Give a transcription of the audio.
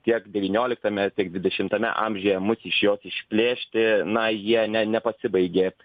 tiek devynioliktame tiek dvidešimtame amžiuje mus iš jos išplėšti na jie ne nepasibaigė